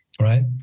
right